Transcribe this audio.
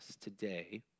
today